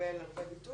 לקבל ולתת